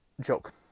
joke